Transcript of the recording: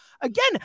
Again